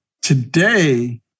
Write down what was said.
today